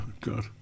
God